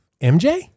mj